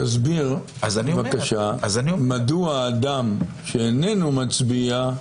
תסביר בבקשה מדוע אדם שאיננו מצביע,